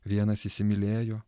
vienas įsimylėjo